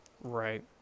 Right